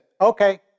okay